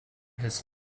his